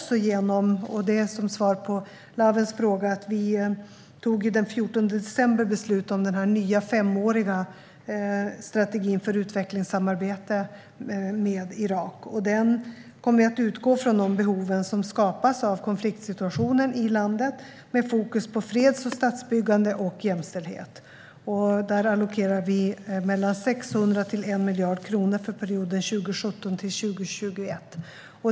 Som svar på Lawens fråga fattade vi den 14 december beslut om den nya femåriga strategin för utvecklingssamarbete med Irak. Den kommer att utgå från de behov som skapas av konfliktsituationen i landet med fokus på freds och statsbyggande samt jämställdhet. För detta allokerar vi mellan 600 miljoner och 1 miljard kronor för perioden 2017-2021.